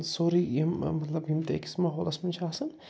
سورُے یِم مطلب یِم تہِ أکِس ماحولس منٛز چھِ آسان